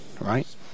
right